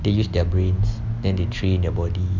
they use their brains than they train their body